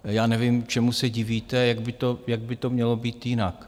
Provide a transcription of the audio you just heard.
Já nevím, čemu se divíte a jak by to mělo být jinak.